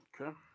Okay